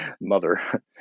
mother